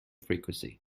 frequency